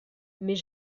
mais